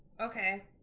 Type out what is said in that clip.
Okay